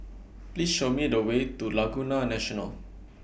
Please Show Me The Way to Laguna National